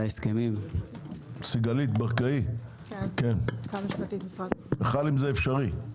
סיגלית ברקאי, האם זה אפשרי?